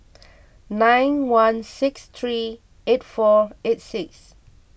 nine one six three eight four eight six